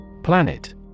Planet